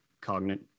cognate